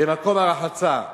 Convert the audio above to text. במקום הרחצה,